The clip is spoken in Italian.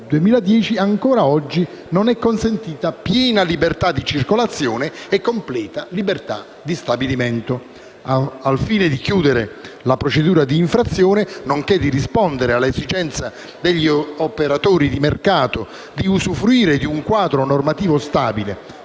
ancora oggi non è consentita piena libertà di circolazione e completa libertà di stabilimento. Al fine di chiudere la procedura di infrazione, nonché di rispondere all'esigenza degli operatori del mercato di usufruire di un quadro normativo stabile